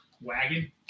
wagon